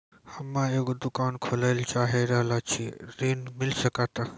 हम्मे एगो दुकान खोले ला चाही रहल छी ऋण मिल सकत?